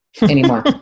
anymore